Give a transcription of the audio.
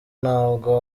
ntabwo